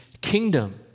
kingdom